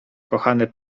kochany